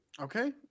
Okay